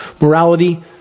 morality